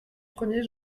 premier